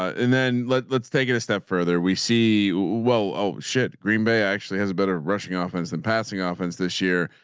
and then let's let's take it a step further we see. well. oh shit. green bay actually has a better rushing ah offense and passing ah offense this year.